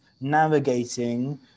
navigating